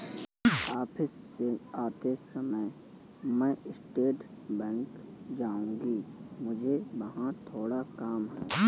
office से आते समय मैं स्टेट बैंक जाऊँगी, मुझे वहाँ थोड़ा काम है